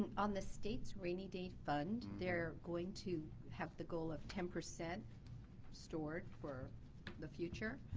on the states rainy day fund, they are going to have the goal of ten percent stored for the future.